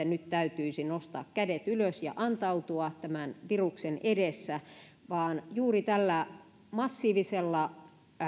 nyt täytyisi nostaa kädet ylös ja antautua tämän viruksen edessä vaan juuri tällä massiivisella